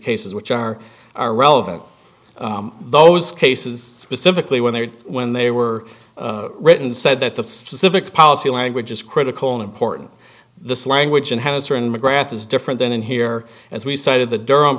cases which are are relevant those cases specifically when they when they were written said that the specific policy language is critical important this language and has certain mcgrath is different than in here as we cited the durham